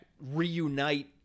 Reunite